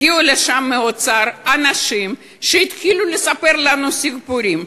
הגיעו לשם אנשים מהאוצר והתחילו לספר לנו סיפורים.